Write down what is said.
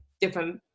different